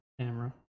camera